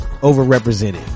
overrepresented